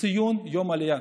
לציון יום העלייה.